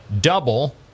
double